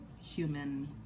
human